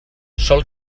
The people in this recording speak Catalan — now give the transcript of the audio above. sol